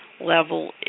level